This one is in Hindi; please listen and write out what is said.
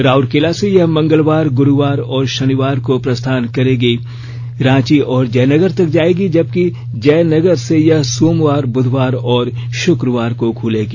राउरकेला से यह मंगलवार गुरुवार और शनिवार को प्रस्थान कर रांची और जयनगर तक जाएगी जबकि जयनगर से यह सोमवार बुधवार और शुक्रवार को खुलेगी